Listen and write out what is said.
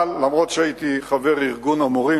אבל אף שהייתי חבר ארגון המורים,